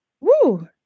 Woo